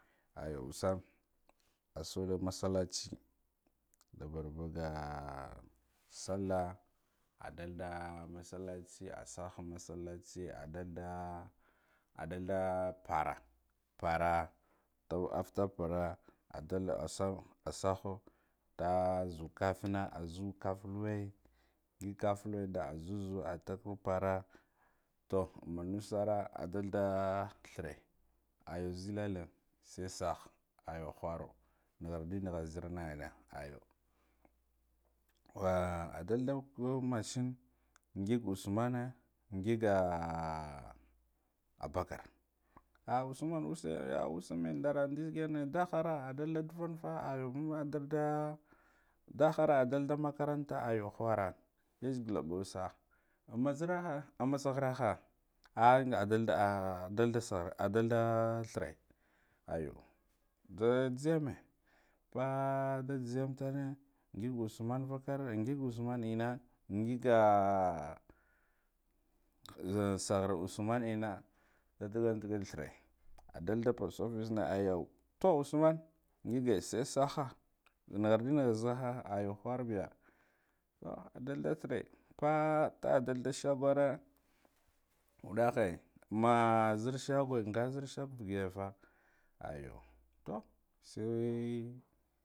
Aya usam adada masallaci nda barbaga ah salla adalda masallci asaha masallci adalda dalda para para tu after para adulha asaha nda zukafna aza kaffu luwe ngig kaffu luwe nda azuz ataha para, toh amma nasara adalda ah threa aya zellale sai saha aya khara nakharɗi nakhar nzarha anne ayu wa adaldu hm mashen ngig usmane ngiga ah abakar ah usman, use oh ussame ndara ndizikiyane ndahara adadda ndavan fa adawa makaran aya khura khura yazegula ba sa'a, amma zeraha amma sakharaha an adalda ah dalda sakhar adalda threa ayu nda nzeyane paa nda nziyam tame ngig usman vakar ngig usman enna, ngige ahom sakhar usman enna dagan dak threa adalda post offices na ayu, toh usman ngige sai saba nakharɗi nakha zasahe aya kharbeya ah adalda threa paa ta adalda shagore wuddahe, amma zir shaga nga zir zhago biyafa aya tob sai